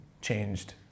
changed